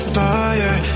fire